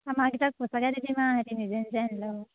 আমাৰকেইটাক পইচাকে দি দিম আৰু সিহঁতি নিজে নিজে আনি ল'ব